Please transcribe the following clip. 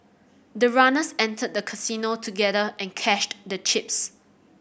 the runners entered the casino together and cashed the chips